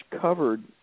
covered